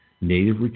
native